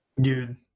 Dude